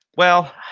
well,